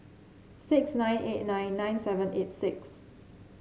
six nine eight nine nine seven eight six